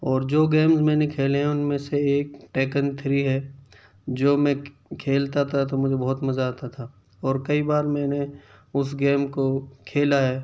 اور جو گیمز میں نے کھیلے ہیں ان میں سے ایک ہے جو میں کھیلتا تھا تو مجھے بہت مزہ آتا تھا اور کئی بار میں نے اس گیم کو کھیلا ہے